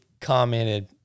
commented